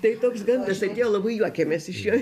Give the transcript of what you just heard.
tai toks gandas atėjo labai juokėmės iš jo